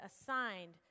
assigned